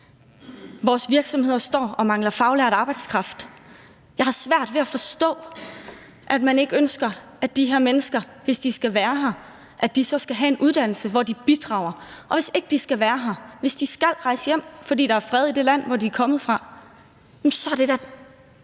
Vores virksomheder står og mangler faglært arbejdskraft. Jeg har svært ved at forstå, at man ikke ønsker, at de her mennesker, hvis de skal være her, så skal have en uddannelse, hvor de bidrager. Og hvis ikke de skal være her – hvis de skal rejse hjem, fordi der er fred i det land, hvor de er kommet fra – jamen så er det da